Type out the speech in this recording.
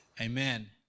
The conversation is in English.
Amen